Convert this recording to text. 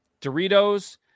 Doritos